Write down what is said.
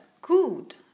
good